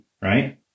right